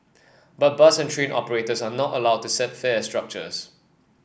but bus and train operators are not allowed to set fare structures